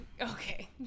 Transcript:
okay